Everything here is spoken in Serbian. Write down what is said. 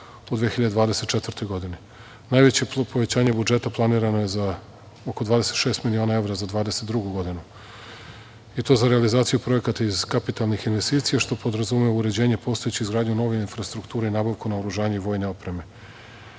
u 2024. godini. Najveće povećanje budžeta planirano je oko 26 miliona evra za 2022. godinu i to za realizaciju projekata iz kapitalnih investicija, što podrazumeva uređenje postojeće izgradnje nove infrastrukture i nabavku naoružanja i vojne